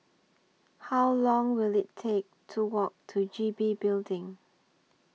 How Long Will IT Take to Walk to G B Building